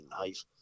knife